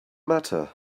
matter